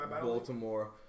Baltimore